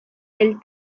del